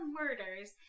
murders